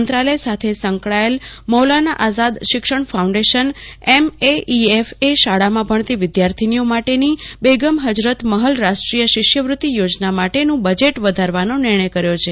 મંત્રાલય સાથે સંકળાયેલમૌલાના આઝાદ શિક્ષણ ફાઉન્ડેશન એમએઈએફ એ શાળામાં ભણતી વિદ્યાર્થીનીઓ માટેની બેગમ હજરત મહલ રાષ્ટ્રીય શિષ્યવૃત્તી યોજના માટેનું બજેટ વધારવાનો નિર્ણય કર્યો છે